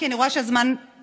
כי אני רואה שהזמן עובר.